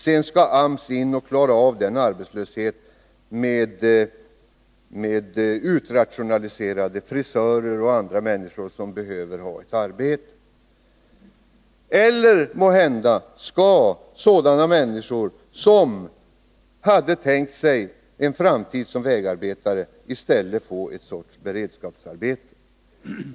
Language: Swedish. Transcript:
Sedan skall AMS in och klara av den arbetslösheten — genom att sysselsätta utrationaliserade frisörer och andra människor som behöver ha ett arbete. Eller måhända skall de som hade tänkt sig en framtid som vägarbetare i stället få ett slags beredskapsarbete.